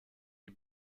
die